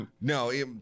no